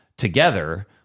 together